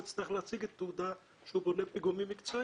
יצטרך להציג תעודה שהוא בונה פיגומים מקצועי?